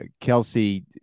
Kelsey